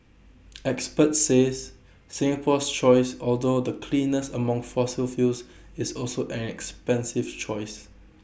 experts says Singapore's choice although the cleanest among fossil fuels is also an expensive choice